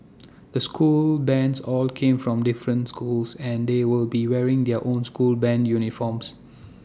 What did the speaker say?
the school bands all came from different schools and they will be wearing their own school Band uniforms